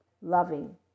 loving